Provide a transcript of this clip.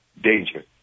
danger